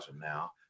now